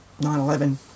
9-11